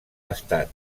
estat